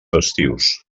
festius